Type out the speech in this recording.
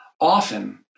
often